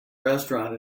restaurant